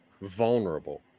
Vulnerable